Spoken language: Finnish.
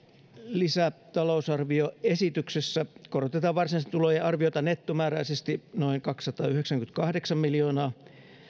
lisätalousarvioesityksessä korotetaan varsinaisten tulojen arviota nettomääräisesti noin kaksisataayhdeksänkymmentäkahdeksan miljoonaa